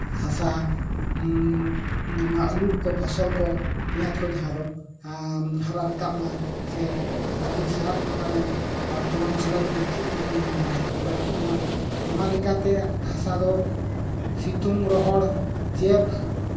ᱦᱟᱥᱟ ᱱᱚᱣᱟ ᱟᱹᱞᱩ ᱠᱚ ᱯᱷᱚᱥᱚᱞ ᱠᱚ ᱯᱮᱸᱭᱟᱡᱽ ᱠᱚ ᱦᱟᱨᱟ ᱨᱟᱠᱟᱵᱽ ᱢᱟ ᱥᱮ ᱟᱹᱰᱤ ᱥᱟᱴ ᱢᱟᱱᱮ ᱯᱷᱚᱞᱚᱱ ᱵᱷᱟᱞᱮ ᱵᱨᱤᱫᱽᱫᱷᱤ ᱵᱟᱹᱲᱛᱤᱜ ᱢᱟ ᱱᱚᱣᱟ ᱞᱮᱠᱟᱛᱮ ᱦᱟᱥᱟ ᱫᱚ ᱥᱤᱛᱩᱝ ᱨᱚᱦᱚᱲ ᱡᱮᱵᱽ